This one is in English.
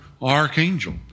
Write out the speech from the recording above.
archangel